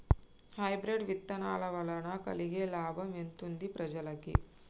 Hybrid విత్తనాల వలన కలిగే లాభం ఎంతుంది ప్రజలకి?